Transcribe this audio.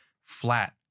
flat